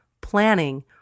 planning